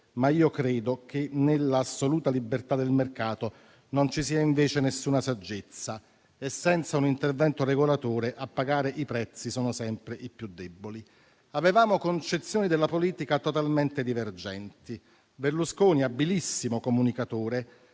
credo invece che, nell'assoluta libertà del mercato, non ci sia nessuna saggezza e senza un intervento regolatore, a pagare i prezzi sono sempre i più deboli. Avevamo concezioni della politica totalmente divergenti. Berlusconi, abilissimo comunicatore,